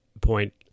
point